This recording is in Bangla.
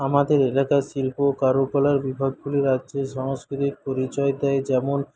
আমাদের এলাকার শিল্প কারুকলার বিভাগগুলি রাজ্যের সংস্কৃতির পরিচয় দেয় যেমন